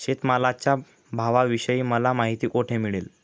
शेतमालाच्या भावाविषयी मला माहिती कोठे मिळेल?